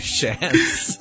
chance